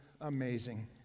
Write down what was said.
amazing